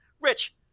Rich